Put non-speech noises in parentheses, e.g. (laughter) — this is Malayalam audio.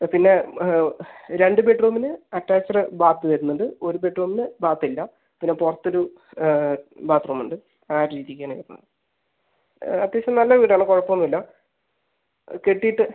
പിന്നെ രണ്ട് ബെഡ്റൂമിൽ അറ്റാച്ച്ഡ് ബാത്ത് വരുന്നുണ്ട് ഒരു ബെഡ്റൂമിന് ബാത്ത് ഇല്ല പിന്നെ പുറത്ത് ഒരു ബാത്ത് റൂം ഉണ്ട് ആ രീതിക്ക് ആണ് (unintelligible) അത്യാവശ്യം നല്ല വീട് ആണ് കുഴപ്പം ഒന്നും ഇല്ല അതു കെട്ടിയിട്ട്